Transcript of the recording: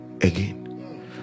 again